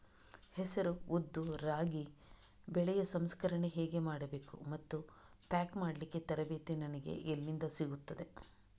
ಹೆಸರು, ಉದ್ದು, ರಾಗಿ ಬೆಳೆಯ ಸಂಸ್ಕರಣೆ ಹೇಗೆ ಮಾಡಬೇಕು ಮತ್ತು ಪ್ಯಾಕ್ ಮಾಡಲಿಕ್ಕೆ ತರಬೇತಿ ನನಗೆ ಎಲ್ಲಿಂದ ಸಿಗುತ್ತದೆ?